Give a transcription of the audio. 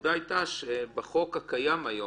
הנקודה היתה שבחוק הקיים היום,